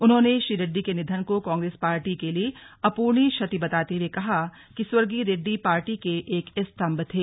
उन्होंने श्री रेड्डी के निधन को कांग्रेस पार्टी के लिए अपूर्णीय क्षति बताते हुए कहा कि स्वर्गीय रेड्डी पार्टी के एक स्तम्भ थे